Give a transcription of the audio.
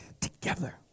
together